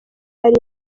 hari